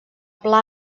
pla